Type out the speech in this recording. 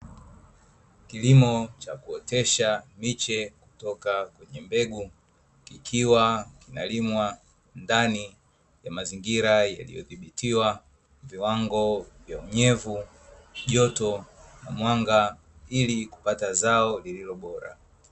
Kilimo cha kuotesha miche kutoka kwenye mbegu, kikiwa kinalimwa ndani ya mazingira yaliodhibitiwa viwango vya unyevu, joto na mwanga, ili kupata zao lililo bora.